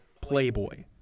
Playboy